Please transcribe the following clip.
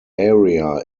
area